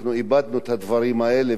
אנחנו איבדנו את הדברים האלה,